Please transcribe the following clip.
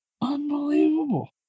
Unbelievable